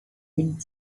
wind